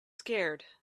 scared